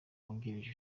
wungirije